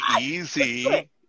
easy